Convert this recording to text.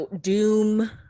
doom